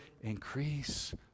increase